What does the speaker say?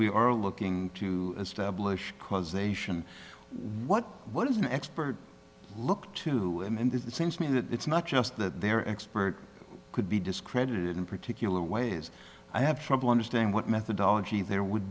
we are looking to establish causation what what does an expert look to in this it seems to me that it's not just that their expert could be discredited in particular ways i have trouble understanding what methodology there would